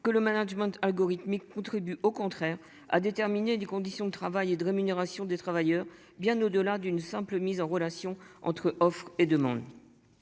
que le management algorithmique contribue au contraire à déterminer des conditions de travail et de rémunération des travailleurs bien au-delà d'une simple mise en relation entre offre et demande.